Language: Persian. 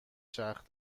چرخ